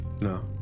No